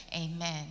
Amen